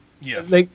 Yes